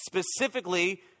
specifically